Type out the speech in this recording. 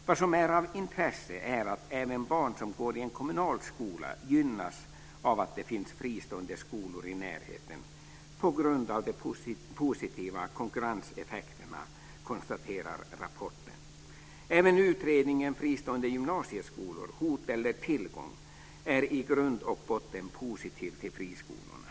Vad som är av intresse är att även barn som går i en kommunal skola gynnas av att det finns fristående skolor i närheten på grund av de positiva konkurrenseffekterna, konstateras det i rapporten. hot eller tillgång? är i grund och botten positiv till friskolorna.